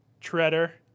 Treader